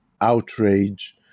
outrage